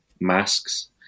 masks